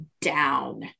down